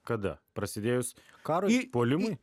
kada prasidėjus karui puolimui